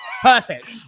perfect